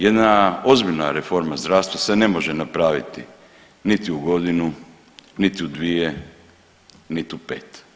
Jedna ozbiljna reforma zdravstva se ne može napraviti niti u godinu, niti u dvije, niti u pet.